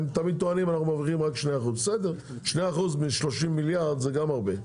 הם תמיד טוענים אנחנו עובדים רק על 2%. 2% מ-30 מיליארד זה גם הרבה.